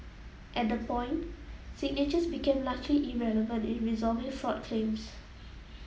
at the point signatures became largely irrelevant in resolving fraud claims